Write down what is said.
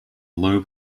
low